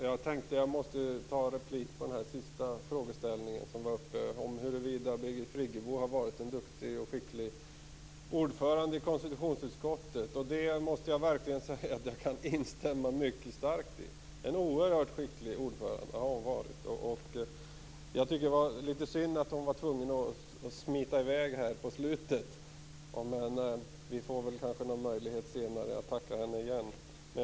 Fru talman! Jag måste ta en replik på den sista frågeställningen om att Birgit Friggebo har varit en duktig och skicklig ordförande i konstitutionsutskottet. Jag måste säga att jag verkligen kan instämma mycket starkt i detta. Hon har varit en oerhört skicklig ordförande. Det var synd att hon var tvungen att smita i väg nu på slutet, men vi får kanske möjlighet att tacka henne senare.